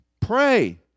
Pray